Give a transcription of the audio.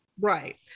Right